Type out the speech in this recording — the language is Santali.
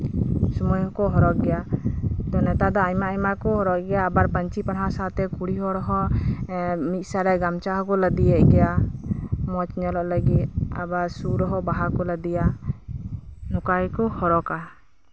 ᱥᱚᱢᱚᱭ ᱦᱚᱸᱠᱚ ᱦᱚᱨᱚᱜᱽ ᱜᱮᱭᱟ ᱛᱚ ᱱᱮᱛᱟᱨ ᱫᱚ ᱟᱭᱢᱟᱼᱟᱭᱢᱟ ᱠᱚ ᱦᱚᱨᱚᱜᱽ ᱜᱮᱭᱟ ᱟᱵᱟᱨ ᱯᱟᱧᱪᱤ ᱯᱟᱲᱦᱟᱴ ᱥᱟᱶᱛᱮ ᱠᱩᱲᱤ ᱦᱚᱲ ᱫᱚ ᱢᱤᱫ ᱥᱮᱡ ᱨᱮ ᱜᱟᱢᱪᱷᱟ ᱦᱚᱸᱠᱚ ᱞᱟᱫᱮᱭᱮᱫ ᱜᱮᱭᱟ ᱢᱚᱸᱡ ᱧᱮᱞᱚᱜ ᱞᱟᱹᱜᱤᱫ ᱟᱵᱟᱨ ᱥᱩᱫ ᱨᱮᱦᱚᱸ ᱵᱟᱦᱟ ᱠᱚ ᱞᱟᱫᱮᱭᱟ ᱱᱚᱝᱠᱟ ᱜᱮᱠᱚ ᱦᱚᱨᱚᱠᱟ